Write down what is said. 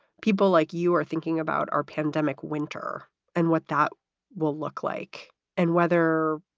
people like you are thinking about our pandemic winter and what that will look like and whether